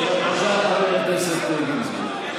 בבקשה, חבר הכנסת גינזבורג.